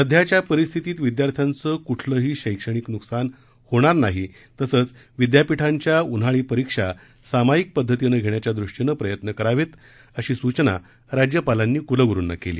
सध्याच्या परिस्थितीत विद्यार्थ्यांचं कुठलंही शक्तणिक नुकसान होणार नाही तसंच विद्यापीठांच्या उन्हाळी परिक्षा सामायिक पध्दतीनं घेण्याच्या दृष्टीनं प्रयत्न करावेत अशी सूचना राज्यपालांनी कुलगुरुंना केली